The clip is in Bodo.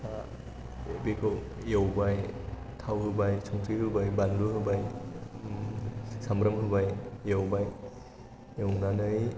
बेखौ एवबाय थाव होबाय संख्रि होबाय बानलु होबाय साम्ब्राम होबाय एवबाय एवनानै